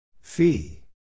Fee